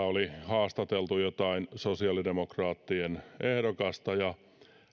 oli haastateltu jotain sosiaalidemokraattien ehdokasta ja